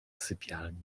sypialni